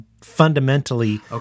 fundamentally